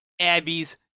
Abby's